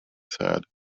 sad